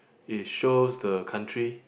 it shows the country